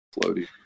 floaty